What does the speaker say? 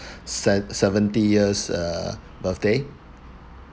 se~ seventy years uh birthday